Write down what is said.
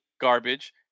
Garbage